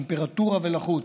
טמפרטורה ולחות,